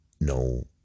no